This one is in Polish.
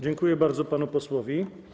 Dziękuję bardzo panu posłowi.